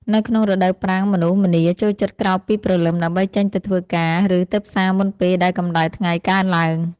នៅក្នុងរដូវប្រាំងមនុស្សម្នាចូលចិត្តក្រោកពីព្រលឹមដើម្បីចេញទៅធ្វើការ ឬទៅផ្សារមុនពេលដែលកម្តៅថ្ងៃកើនឡើង។